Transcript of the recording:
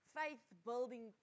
faith-building